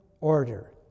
order